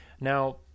now